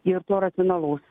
ir to racionalaus